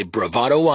Bravado